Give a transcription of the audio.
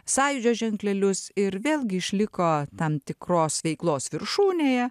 sąjūdžio ženklelius ir vėlgi išliko tam tikros veiklos viršūnėje